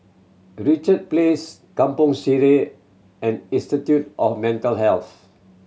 Richard Place Kampong Sireh and Institute of Mental Health